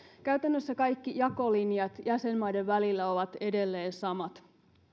käytännössä kaikki jakolinjat jäsenmaiden välillä ovat edelleen samat